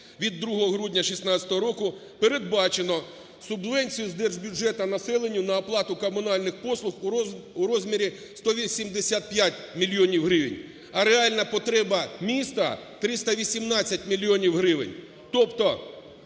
від 2 грудня 2016 року, передбачено субвенцію з держбюджету населенню на оплату комунальних послуг у розмірі 185 мільйонів гривень, а реальна потреба міста – 318 мільйонів